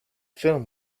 film